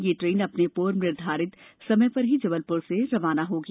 यह ट्रेन अपने पूर्व निर्धारित समय पर ही जबलपुर से रवाना होगी